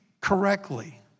correctly